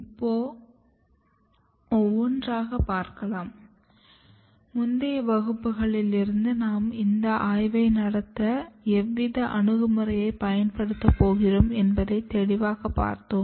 இப்போ ஒவ்வொன்றாங்க பார்க்கலாம் முந்தைய வகுப்புகளில் இருந்து நாம் இந்த ஆய்வை நடத்த எவ்வித அணுகுமுறையை பயன்படுத்தப் போகிறோம் என்பதை தெளிவாக பார்த்தோம்